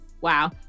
wow